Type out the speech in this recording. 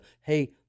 hey